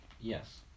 yes